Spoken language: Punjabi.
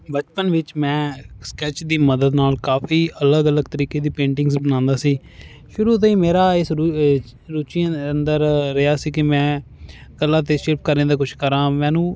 ਬਚਪਨ ਵਿੱਚ ਮੈਂ ਸਕੈਚ ਦੀ ਮਦਦ ਨਾਲ ਕਾਫ਼ੀ ਅਲੱਗ ਅਲੱਗ ਤਰੀਕੇ ਦੀ ਪੇਂਟਿੰਗਸ ਬਣਾਉਂਦਾ ਸੀ ਸ਼ੁਰੂ ਤੋਂ ਹੀ ਮੇਰਾ ਇਹ ਰੁਚੀ ਅੰਦਰ ਰਿਹਾ ਸੀ ਕਿ ਮੈਂ ਕਲਾ ਤੇ ਸ਼ਿਲਪਕਾਰੀਆਂ ਦਾ ਕੁਛ ਕਰਾਂ ਮੈਨੂੰ